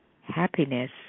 happiness